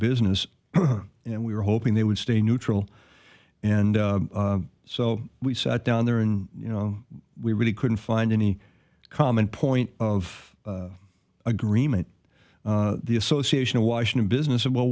business and we were hoping they would stay neutral and so we sat down there and you know we really couldn't find any common point of agreement the association of washington business of well